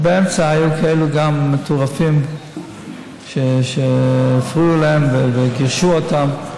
באמצע היו גם כאלה מטורפים שהפריעו להם וגירשו אותם,